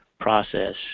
process